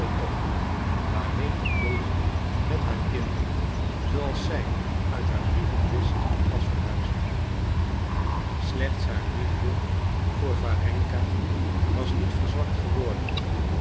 waarheen ook dolly met haar kinderen zooals zij uit haar brieven wist was verhuisd slechts haar liefde voor warenka was niet verzwakt geworden